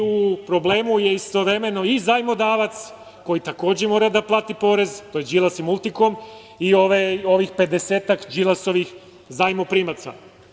U problemu je istovremeno i zajmodavac, koji mora da plati porez, to su Đilas i „Multikom“ i ovih pedesetak Đilasovih zajmoprimaca.